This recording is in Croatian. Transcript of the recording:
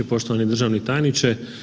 Poštovani državni tajniče.